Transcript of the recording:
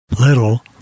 Little